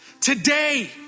today